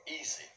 easy